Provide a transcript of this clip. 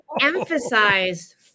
emphasize